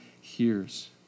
hears